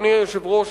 אדוני היושב-ראש,